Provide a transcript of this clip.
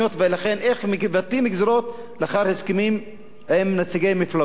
ולכן איך מבטלים גזירות לאחר הסכמים עם נציגי מפלגות?